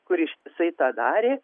kur ištisai tą darė